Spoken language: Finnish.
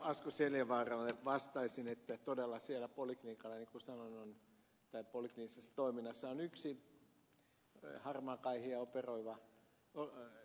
asko seljavaaralle vastaisin että todella siellä polikliinisessä toiminnassa niin kuin sanoin on yksi harmaakaihia operoiva oftalmologi